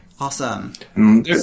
awesome